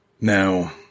Now